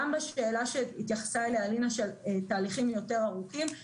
גם בשאלה שהתייחסה אליה אלינה של תהליכים יותר ארוכים,